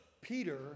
Peter